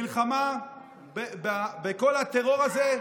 מלחמה בכל הטרור הזה.